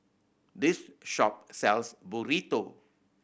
this shop sells Burrito